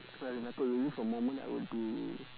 well if I could relive a moment I would be